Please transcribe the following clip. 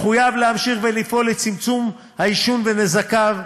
מחויב להמשיך ולפעול לצמצום העישון ונזקיו,